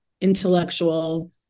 intellectual